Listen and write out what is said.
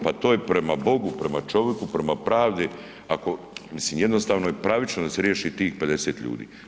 Pa to je prema Bogu, prema čoviku, prema pravdi mislim jednostavno je pravično da se riješi tih 50 ljudi.